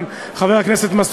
חבר הכנסת הורוביץ התייחס לעניין,